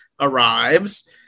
arrives